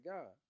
God